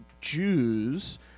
Jews